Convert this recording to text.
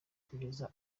kugeza